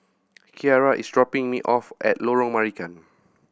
Kiarra is dropping me off at Lorong Marican